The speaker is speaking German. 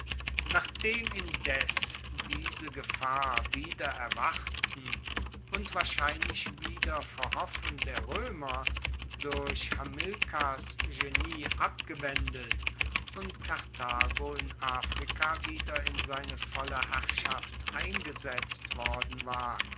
nachdem indes diese gefahr wider erwarten und wahrscheinlich wider verhoffen der roemer durch hamilkars genie abgewendet und karthago in afrika wieder in seine volle herrschaft eingesetzt worden war